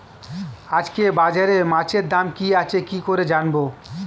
আজকে বাজারে মাছের দাম কি আছে কি করে জানবো?